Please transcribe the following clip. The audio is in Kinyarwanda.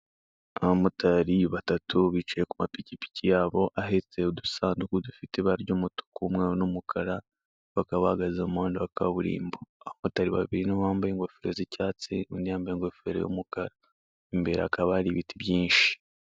Abamotari batatu bicaye kumapikipiki yabo ahetse udusanduku dufite ibara ry'umutuku umweru n'umukara, bakaba bahagaze mumuhanda wa kaburimbo abamotari babiri nibo bambaye ingofero z'icyatsi, undi yambaye ingofero y'umukara, imbere ya hakaba hari ibiti byinshi.